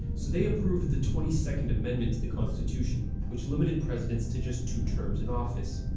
so they approved the twenty-second amendment to the constitution which limited presidents to just two terms in office.